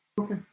Okay